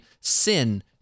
Sin